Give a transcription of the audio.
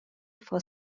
for